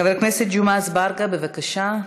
חבר הכנסת ג'מעה אזברגה, בבקשה,